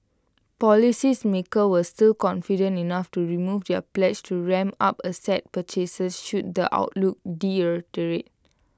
policies makers were still confident enough to remove their pledge to ramp up asset purchases should the outlook